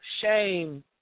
shame